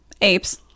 Apes